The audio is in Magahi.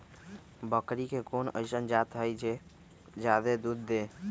बकरी के कोन अइसन जात हई जे जादे दूध दे?